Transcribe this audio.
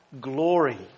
glory